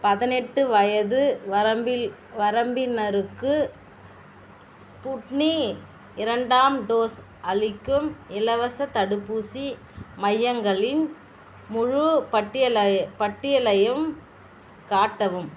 பதினெட்டு வயது வரம்பில் வரம்பினருக்கு ஸ்புட்னி இரண்டாம் டோஸ் அளிக்கும் இலவசத் தடுப்பூசி மையங்களின் முழுப்பட்டியலை பட்டியலையும் காட்டவும்